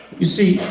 you see,